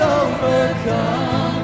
overcome